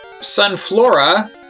Sunflora